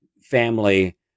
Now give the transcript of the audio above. family